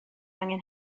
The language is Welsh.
angen